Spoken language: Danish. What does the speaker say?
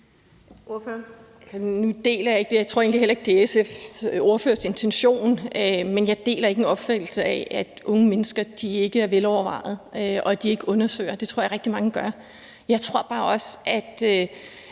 Nu deler jeg ikke – og jeg tror egentlig heller ikke, det er SF's ordførers intention – en opfattelse af, at unge mennesker ikke er velovervejede, og at de ikke undersøger, for det tror jeg rigtig mange gør. Jeg tror bare også, at